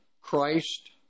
Christ